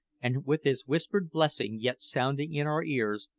and with his whispered blessing yet sounding in our ears,